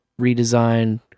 redesign